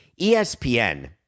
ESPN